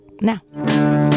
now